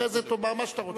אחרי זה תאמר מה שאתה רוצה.